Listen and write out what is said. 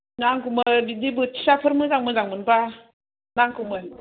नांगौमोन बिदि बोथियाफोर मोजां मोजां मोनबा नांगौमोन